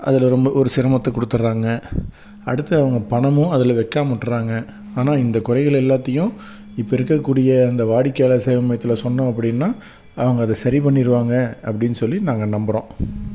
அதில் ரொம்ப ஒரு சிரமத்தை கொடுத்துட்றாங்க அடுத்து அவங்க பணமும் அதில் வைக்கமா விட்டுட்றாங்க ஆனால் இந்த குறைகள் எல்லாத்தையும் இப்போ இருக்கக்கூடிய அந்த வாடிக்கையாளர் சேவை மையத்தில் சொன்னோம் அப்படின்னா அவங்க அதை சரி பண்ணிருவாங்க அப்படின் சொல்லி நாங்கள் நம்புகிறோம்